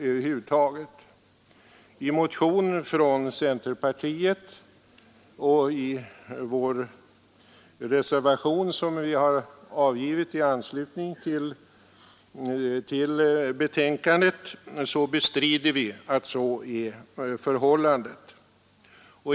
I en motion från centerpartiet och i den reservation som vi har avgivit i anslutning till betänkandet bestrider vi att så är förhållandet.